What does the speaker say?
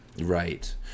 Right